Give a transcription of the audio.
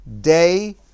day